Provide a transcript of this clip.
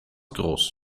groß